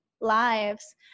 lives